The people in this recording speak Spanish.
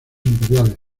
imperiales